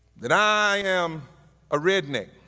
that i am a redneck